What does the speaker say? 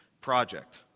project